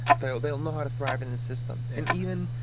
they'll they'll know how to thrive in the system. and even